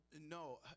No